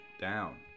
down